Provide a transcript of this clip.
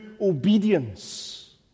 obedience